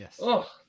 Yes